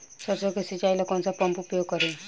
सरसो के सिंचाई ला कौन सा पंप उपयोग करी?